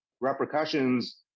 repercussions